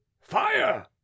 fire